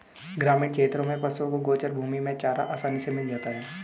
ग्रामीण क्षेत्रों में पशुओं को गोचर भूमि में चारा आसानी से मिल जाता है